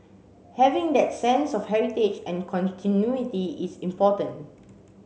having that sense of heritage and continuity is important